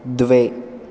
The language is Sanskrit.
द्वे